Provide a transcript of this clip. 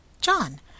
John